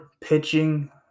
pitching